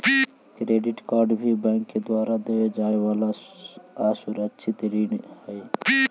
credit card भी bank के द्वारा देवे जाए वाला असुरक्षित ऋण ही हइ